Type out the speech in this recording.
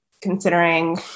considering